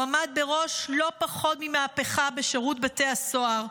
הוא עמד בראש ממהפכה, לא פחות, בשירות בתי הסוהר.